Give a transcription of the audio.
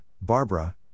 Barbara